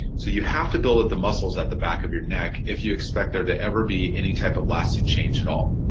so you have to build up the muscles at the back of your neck if you expect there to ever be any type of lasting change at all.